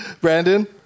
Brandon